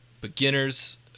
beginners